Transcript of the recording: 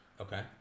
Okay